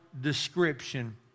description